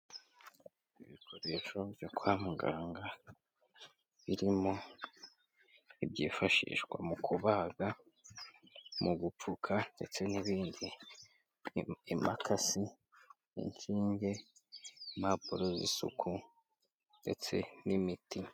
Ibikoresho byo kwa muganga birimo ibyifashishwa mu kubaga, mu gupfuka ndetse n'ibindi, impakasi, n'inshinge, impapuro z'isuku ndetse n'imiti.